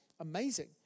amazing